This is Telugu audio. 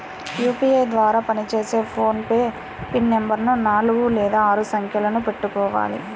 యూపీఐ ద్వారా పనిచేసే ఫోన్ పే పిన్ నెంబరుని నాలుగు లేదా ఆరు సంఖ్యలను పెట్టుకోవాలి